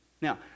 Now